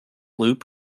loop